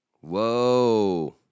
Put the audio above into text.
Whoa